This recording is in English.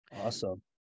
Awesome